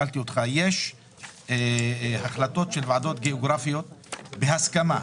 ישנן החלטות של ועדות גיאוגרפיות בהסכמה.